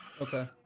Okay